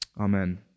Amen